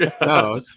No